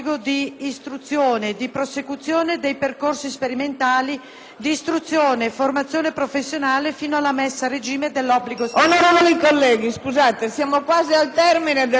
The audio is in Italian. di istruzione e formazione professionale fino alla messa a regime dell'obbligo